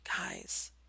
guys